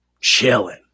chilling